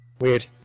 Weird